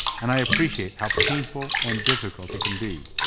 and i appreciate how painful and difficult it can be.